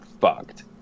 fucked